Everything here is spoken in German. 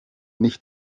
nicht